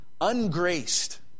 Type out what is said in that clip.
ungraced